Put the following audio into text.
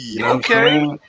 okay